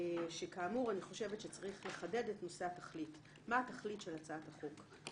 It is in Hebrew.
שכאמור אני חושבת שצריך לחדד את נושא התכלית מה התכלית של הצעת החוק?